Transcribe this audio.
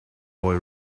boy